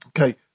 Okay